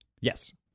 Yes